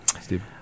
Steve